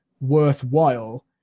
worthwhile